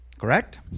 Correct